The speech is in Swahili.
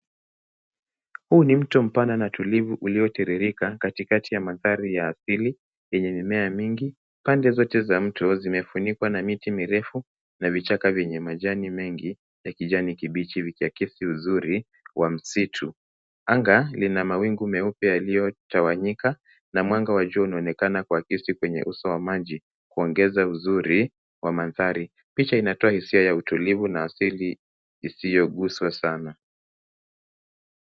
Huu ni mto mpana na tulivu uliotiririka katikati ya mandhari ya asili yenye mimea mingi. Pande zote za mto zimefunikwa na miti mirefu na vichaka vyenye majani ya kijani kibichi vikiakisi uzuri wa msitu. Anga lina mawingu meupe yaliyotawanyika na mwanga wa jua unaonekana kuakisi kwenye uso wa maji kuongeza uzuri wa mandhari. Picha inatoa hisia ya utulivu na asili isiyoguswa sana.